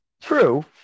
true